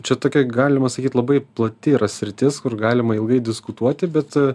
čia tokia galima sakyt labai plati yra sritis kur galima ilgai diskutuoti bet